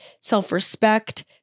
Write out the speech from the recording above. self-respect